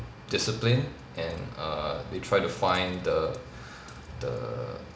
discipline and err they try to find the the